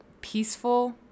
peaceful